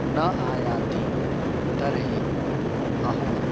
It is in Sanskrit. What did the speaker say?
न आयाति तर्हि अहं